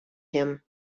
him